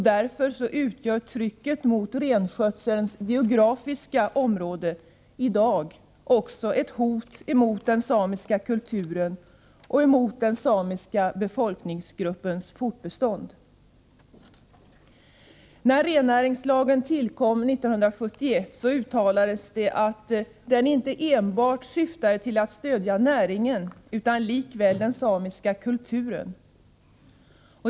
Därför utgör trycket mot renskötselns geografiska område i dag också ett hot emot den samiska kulturen och emot den samiska befolkningsgruppens fortbestånd. När rennäringslagen tillkom 1971, uttalades att den inte syftade till att stödja enbart näringen utan likväl den samiska kulturen.